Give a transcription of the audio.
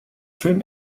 film